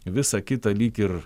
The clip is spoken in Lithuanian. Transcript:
visą kitą lyg ir